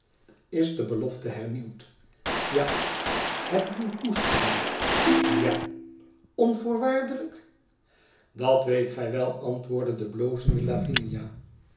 is de belofte hernieuwd ja heb ik uw toestemming ja onvoorwaardelijk dat weet gij wel antwoordde de blozende lavinia